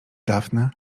daphne